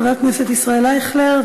חבר הכנסת ישראל אייכלר,